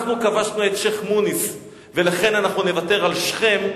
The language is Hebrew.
אנחנו כבשנו את שיח'-מוניס ולכן נוותר על שכם,